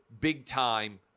big-time